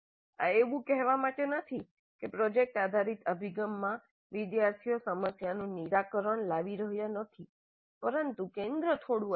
આ એવું કહેવા માટે નથી કે પ્રોજેક્ટ આધારિત અભિગમમાં વિદ્યાર્થીઓ સમસ્યાનું નિરાકરણ લાવી રહ્યાં નથી પરંતુ કેન્દ્ર થોડું અલગ છે